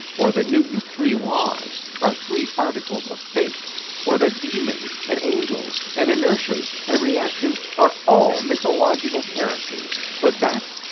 or that newton's three laws are three articles of faith or that demons and angels and inertias and reactions are all mythological characters but that,